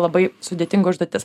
labai sudėtinga užduotis